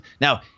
Now